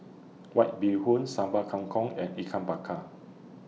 White Bee Hoon Sambal Kangkong and Ikan Bakar